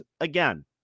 again